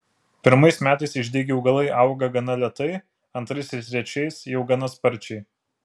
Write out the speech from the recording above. pirmais metais išdygę augalai auga gana lėtai antrais ir trečiais jau gana sparčiai